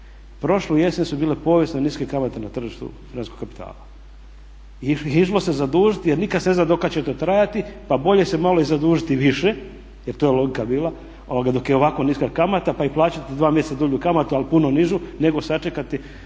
Prošlu jesen su bile povijesno niske kamate na tržištu hrvatskog kapitala i išlo se zadužiti jer nikad se ne zna do kada će to trajati, pa bolje se malo zadužiti više jer to je logika bila dok je ovako niska kamata pa i plaćati dva mjeseca dulju kamatu, ali puno nižu nego sačekati